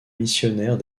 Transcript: missionnaire